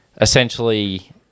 essentially